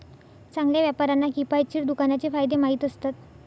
चांगल्या व्यापाऱ्यांना किफायतशीर दुकानाचे फायदे माहीत असतात